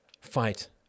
fight